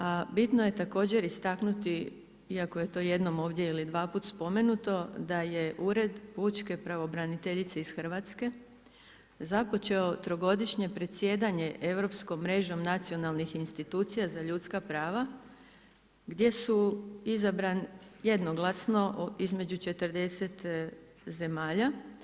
A bitno je također istaknuti, iako je to jednom ovdje ili dva puta spomenuto, da je Ured pučke pravobraniteljice iz Hrvatske, započeo trogodišnje predsjedanje europskom mrežom nacionalnom institucija za ljudska prava, gdje su izabran jednoglasno između 40 zemalja.